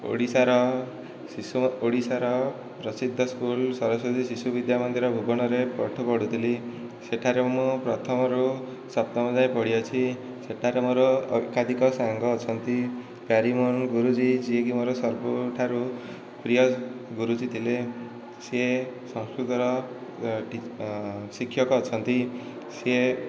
ଓଡ଼ିଶାର ଓଡ଼ିଶାର ପ୍ରସିଦ୍ଧ ସ୍କୁଲ ସରସ୍ଵତୀ ଶିଶୁ ବିଦ୍ୟାମନ୍ଦିର ଭୂବନରେ ପାଠ ପଢ଼ୁଥିଲି ସେଠାରେ ମୁଁ ପ୍ରଥମରୁ ସପ୍ତମ ଯାଏଁ ପଢ଼ିଅଛି ସେଠାରେ ମୋ'ର ଏକାଧିକ ସାଙ୍ଗ ଅଛନ୍ତି ପ୍ୟାରୀମୋହନ ଗୁରୁଜୀ ଯିଏ କି ମୋ'ର ସବୁଠାରୁ ପ୍ରିୟ ଗୁରୁଜୀ ଥିଲେ ସେ ସଂସ୍କୃତର ଶିକ୍ଷକ ଅଛନ୍ତି ସିଏ